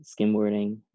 skimboarding